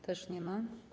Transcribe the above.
Też nie ma.